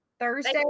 Thursday